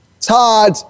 Todd